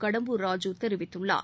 கடம்பூர் ராஜூ தெரிவித்துள்ளார்